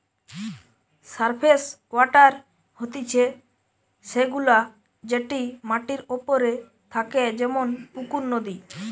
surface water হতিছে সে গুলা যেটি মাটির ওপরে থাকে যেমন পুকুর, নদী